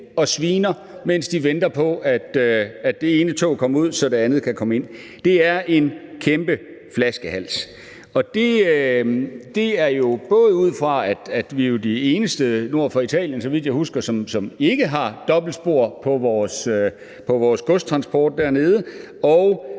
og sviner, mens de venter på, at det ene tog er kommet ud, så det andet kan komme ind. Det er en kæmpe flaskehals. Og det er jo både ud fra, at vi er det eneste land nord for Italien, så vidt jeg husker, som ikke har et dobbeltspor til vores godstransport dernede,